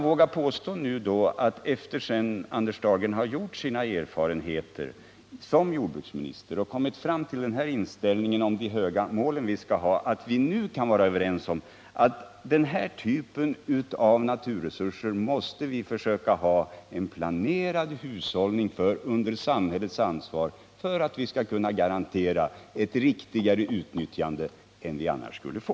Vågar man då påstå, efter att Anders Dahlgren har gjort sina erfarenheter som jordbruksminister och har kommit fram till denna inställning om de höga mål vi skall ha, att vi nu kan vara överens om att vi för denna typ av naturresurser måste försöka ha en planerad hushållning under samhällets ansvar för att kunna garantera ett riktigare utnyttjande än vi annars skulle få?